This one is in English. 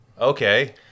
Okay